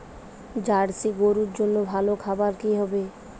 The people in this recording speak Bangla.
জার্শি গরুর জন্য ভালো খাবার কি হবে?